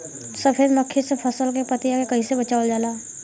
सफेद मक्खी से फसल के पतिया के कइसे बचावल जाला?